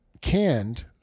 canned